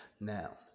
now